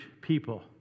people